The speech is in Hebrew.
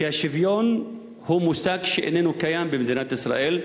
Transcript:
שהשוויון הוא מושג שאיננו קיים במדינת ישראל,